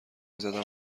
زدم